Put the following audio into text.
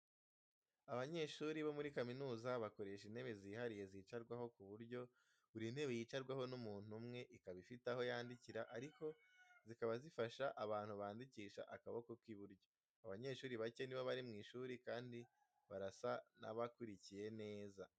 Abanyeshuri bo muri kaminuza bakoresha intebe zihariye zicarwaho ku buryo buri ntebe yicarwaho n'umuntu umwe, ikaba ifite aho yandikira ariko zikaba zifasha abantu bandikisha akaboko k'iburyo. Abanyeshuri bake ni bo bari mu ishuri kandi barasa n'abakurikiye neza.